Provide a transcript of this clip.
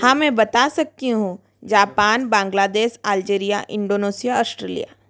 हाँ मैं बता सकती हूँ Japan Bangladesh Algeria Indonesia Australia